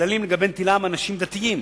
כללים לגבי נטילה מאנשים דתיים